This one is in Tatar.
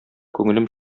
күңелем